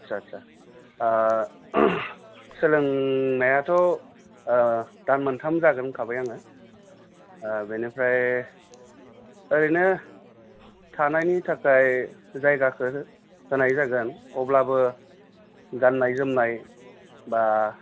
आदसा आदसा आह सोलोंनायाथ' दान मोनथाम जागोन होनखाबाय आङो बेनिफ्राय ओरैनो थानायनि थाखाय जायगाखो होनाय जागोन अब्लाबो गान्नाय जोमनाय बा